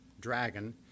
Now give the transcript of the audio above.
dragon